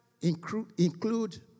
include